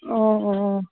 অঁ অঁ